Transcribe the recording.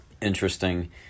interesting